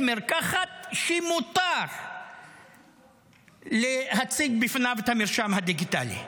מרקחת שמותר להציג בפניו את המרשם הדיגיטלי.